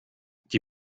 die